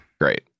Great